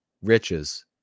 riches